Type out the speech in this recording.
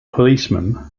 policeman